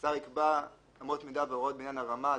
"השר יקבע אמות מידה והוראות בעניין הרמה,